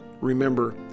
remember